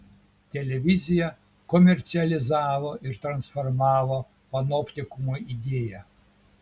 televizija komercializavo ir transformavo panoptikumo idėją